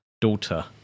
daughter